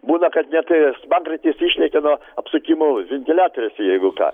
būna kad net smagratis išlekia nuo apsukimo ventiliatoriaus jeigu ką